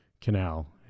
canal